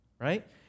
Right